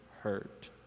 hurt